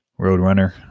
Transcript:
roadrunner